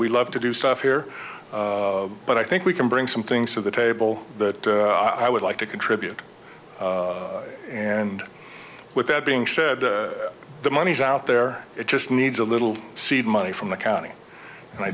we'd love to do stuff here but i think we can bring some things to the table that i would like to contribute and with that being said the money's out there it just needs a little seed money from the county and i